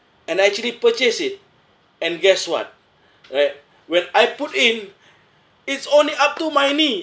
and I actually purchase it and guess what right when I put in it's only up to my knee